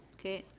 okay.